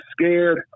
scared